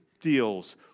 deals